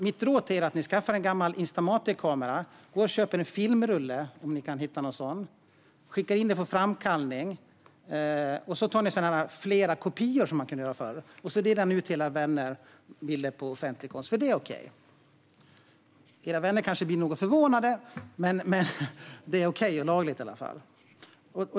Mitt råd till er är att ni skaffar en gammal Instamatic-kamera, går och köper en filmrulle - om ni kan hitta någon sådan - skickar in rullen för framkallning och begär flera kopior, som man kunde göra förr. Sedan delar ni ut bilderna på offentlig konst till era vänner, för det är okej! Era vänner blir kanske lite förvånade, men det är i alla fall okej och lagligt.